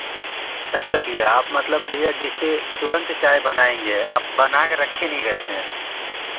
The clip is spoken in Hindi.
अच्छा भैया आप मतलब भैया जिससे तुरंत चाय बनाएँगे आप बना कर रखे नहीं रहते हैं